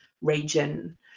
region